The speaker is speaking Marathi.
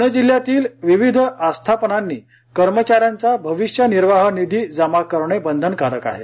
प्णे जिल्ह्यातील विविध आस्थापनांनी कर्मचाऱ्यांचा भविष्य निर्वाह निधी जमा करणे बंधनकारक आहे